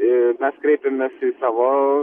ir mes kreipėmės į savo